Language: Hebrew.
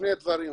שני דברים.